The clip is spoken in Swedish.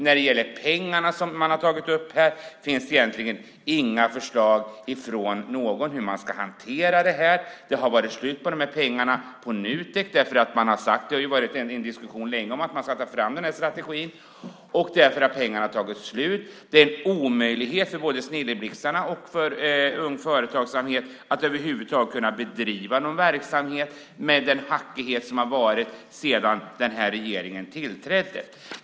När det gäller de pengarna finns det egentligen inga förslag från någon hur detta ska hanteras. Nutek har slut på pengar eftersom det länge har varit en diskussion om att man ska ta fram den här strategin. Det är en omöjlighet både för Snilleblixtarna och för Ung Företagsamhet att över huvud taget kunna bedriva någon verksamhet med den hattighet som har varit sedan den här regeringen tillträdde.